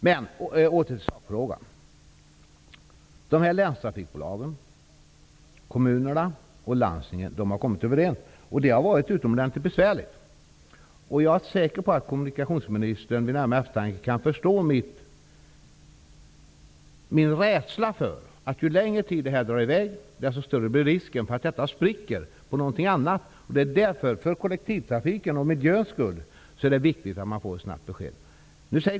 De olika länstrafikbolagen, kommunerna och landstingen har kommit överens. Det har varit utomordentligt besvärligt. Jag är säker på att kommunikationsministern vid närmare eftertanke kan förstå min rädsla för risken att detta projekt spricker, ju längre tid som drar i väg. För kollektivtrafikens och miljöns skull är det viktigt med ett snabbt besked.